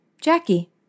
Jackie